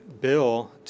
Bill